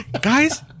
guys